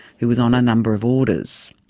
who was on a number of orders.